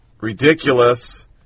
Ridiculous